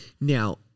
Now